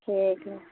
हे एकरा